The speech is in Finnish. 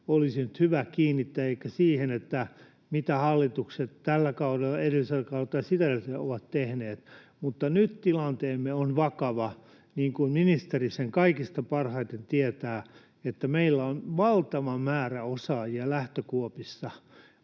olisi nyt hyvä kiinnittää eikä siihen, mitä hallitukset tällä kaudella, edellisellä kaudella tai sitä edellisellä ovat tehneet. Nyt tilanteemme on vakava. Niin kuin ministeri sen kaikista parhaiten tietää, meillä on valtava määrä osaajia lähtökuopissa